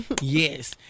yes